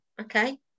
okay